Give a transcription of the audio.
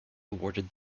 awarded